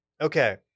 okay